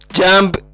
Jump